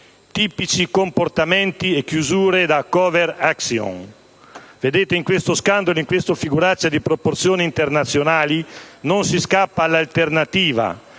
Tipici comportamenti e chiusure da *covert action*. Vedete, in questo scandalo e in questa figuraccia di proporzioni internazionali, non si scappa all'alternativa: